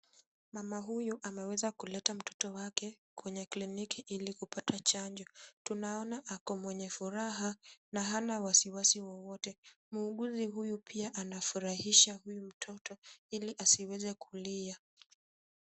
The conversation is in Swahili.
Mama huyu ameweza kuleta mtoto wake kwenye kliniki ili kupata chanjo. Tunaona ako mwenye furaha na hana wasiwasi wowote. Muuguzi huyu pia anafurahisha huyu mtoto ili asiweze kulia.